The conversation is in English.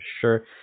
sure